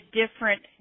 different